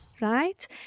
right